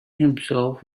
himself